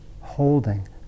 Holding